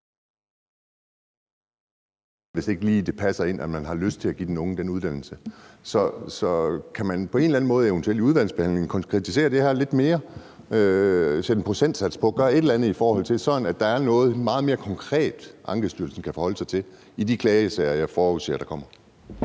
hvis ikke lige det passer ind og man ikke har lyst til at give den unge den bestemte uddannelse. Så kan man på en eller anden måde, eventuelt i udvalgsbehandlingen, kvantificere det her lidt mere, sætte en procentsats på eller gøre et eller andet, sådan at der er noget meget mere konkret, Ankestyrelsen kan forholde sig til i de klagesager, jeg forudser der kommer?